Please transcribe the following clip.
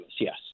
yes